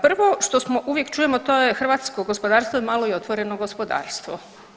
Prvo što uvijek čujemo to je hrvatsko gospodarstvo i malo i otvoreno gospodarstvo.